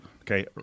Okay